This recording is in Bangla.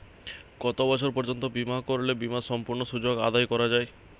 কত বছর পর্যন্ত বিমা করলে বিমার সম্পূর্ণ সুযোগ আদায় করা য়ায়?